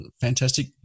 fantastic